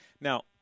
Now